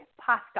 pasta